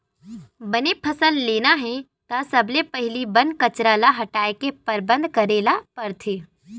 बने फसल लेना हे त सबले पहिली बन कचरा ल हटाए के परबंध करे ल परथे